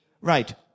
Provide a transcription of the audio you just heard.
right